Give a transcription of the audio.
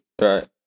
Right